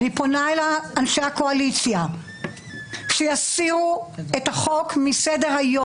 אני פנה אל אנשי הקואליציה שיסירו את החוק מסדר היום.